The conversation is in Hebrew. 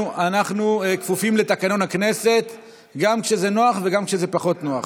אנחנו כפופים לתקנון הכנסת גם כשזה נוח וגם כשזה פחות נוח.